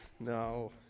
No